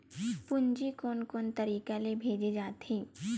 पूंजी कोन कोन तरीका ले भेजे जाथे?